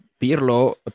Pirlo